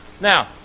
Now